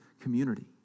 community